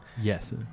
Yes